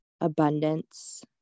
abundance